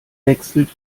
wechselt